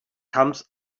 comes